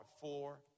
four